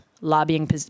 lobbying